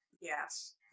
Yes